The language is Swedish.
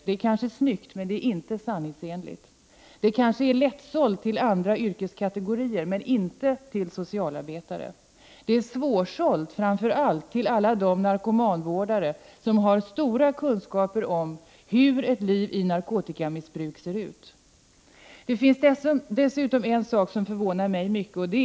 Det kanske är snyggt, men det är inte sanningsenligt. Det kanske är lättsålt till vissa yrkeskategorier, men inte till socialarbetare. Framför allt är det svårsålt till alla de narkomanvårdare som har stora kunskaper om hur ett liv i narkotikamissbruk ser ut. En sak förvånar mig mycket.